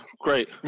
great